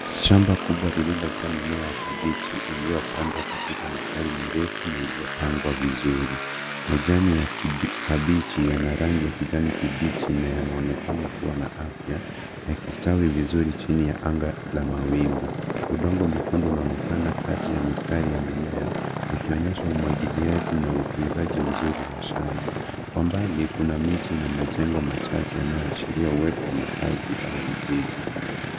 Shamba kubwa lililojaa mimea ya kabechi iliyopandwa katika mistari mirefu na kushikwa iliyopangwa vizuri. Majani ya kabechi yana rangi ya kijani kibichi na yanaonekana kuwa na afya yakistawi vizuri chini ya anga la mawingu. Udongo mwekundu unaonekana kati ya mistari ya mimea ukionyesha umwagiliaji na utunzaji mzuri wa shamba. Kwa mbali kuna miti na majengo machache yanayoashiria uwepo wa makazi au vijiji.